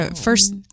first